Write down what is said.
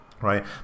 right